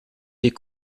des